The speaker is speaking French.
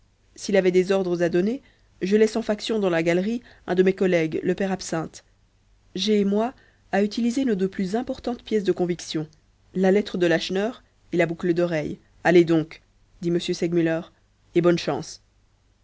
s'il avait des ordres à donner je laisse en faction dans la galerie un de mes collègues le père absinthe j'ai moi à utiliser nos deux plus importantes pièces de conviction la lettre de lacheneur et la boucle d'oreille allez donc dit m segmuller et bonne chance